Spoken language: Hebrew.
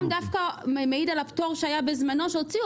רם דווקא מעיד על הפטור שהיה בזמנו שהוציאו